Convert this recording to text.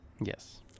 Yes